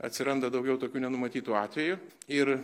atsiranda daugiau tokių nenumatytų atvejų ir